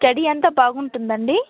study అంతా బాగుంటుందండి